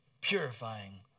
purifying